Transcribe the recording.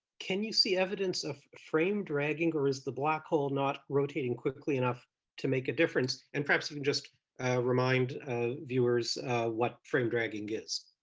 can you see evidence of frame dragging or is the black hole not rotating quickly enough to make a difference? and perhaps you can just remind viewers what frame dragging is.